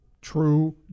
true